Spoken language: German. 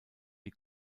die